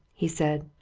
he said.